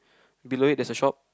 below it there is a shop